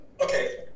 okay